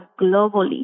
globally